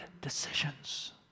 decisions